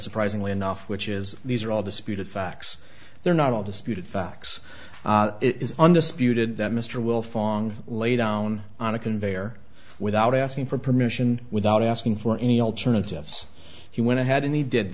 surprisingly enough which is these are all disputed facts they're not all disputed facts it is under spewed that mr wilfong lay down on a conveyor without asking for permission without asking for any alternatives he went ahead and he did